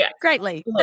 Greatly